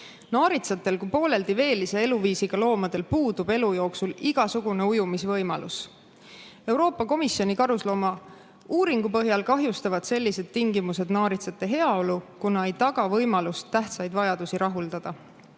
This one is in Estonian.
Naaritsatel kui pooleldi veelise eluviisiga loomadel puudub elu jooksul igasugune ujumisvõimalus. Euroopa Komisjoni karusloomauuringu põhjal kahjustavad sellised tingimused naaritsate heaolu, kuna ei taga võimalust tähtsaid vajadusi rahuldada.